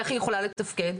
איך היא יכולה לתפקד?